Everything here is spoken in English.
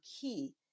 key